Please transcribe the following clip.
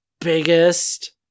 biggest